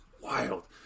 wild